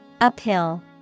Uphill